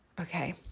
Okay